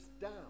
down